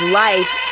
life